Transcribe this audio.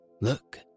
Look